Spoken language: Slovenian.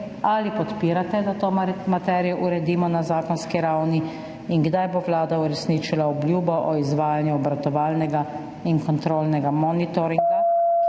Ali podpirate, da to materijo uredimo na zakonski ravni? Kdaj bo vlada uresničila obljubo o izvajanju obratovalnega in kontrolnega monitoringa, ki bo